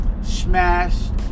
smashed